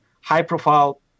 high-profile